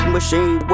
machine